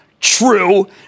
True